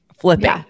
flipping